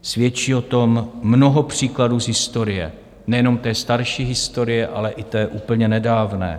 Svědčí o tom mnoho příkladů z historie, nejenom té starší historie, ale i té úplně nedávné.